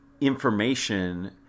information